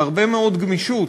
על הרבה מאוד גמישות